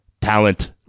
Talent